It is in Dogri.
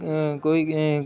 कोई कोई